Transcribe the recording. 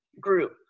group